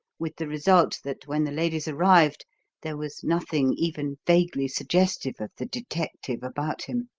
with the result that when the ladies arrived there was nothing even vaguely suggestive of the detective about him.